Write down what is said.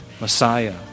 Messiah